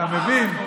אתה מבין?